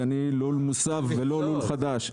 כי אני לול מוסב ולא לול חדש.